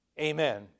Amen